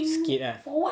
skid ah